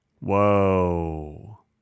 Whoa